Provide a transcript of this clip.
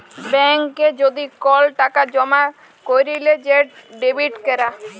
ব্যাংকে যদি কল টাকা জমা ক্যইরলে সেট ডেবিট ক্যরা